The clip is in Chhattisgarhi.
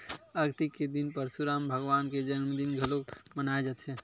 अक्ती के दिन परसुराम भगवान के जनमदिन घलोक मनाए जाथे